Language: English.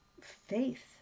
faith